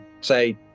Say